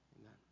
Amen